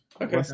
Okay